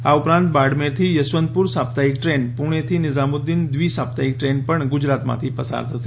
આ ઉપરાંત બાડમેરથી યશવંતપુર સાપ્તાહીક ટ્રેન પૂણે થી નિઝામુદીન વ્રિસાપ્તાહીક ટ્રેન પણ ગુજરાત માંથી પસાર થશે